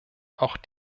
auch